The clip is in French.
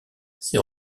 ses